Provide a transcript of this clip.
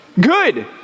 good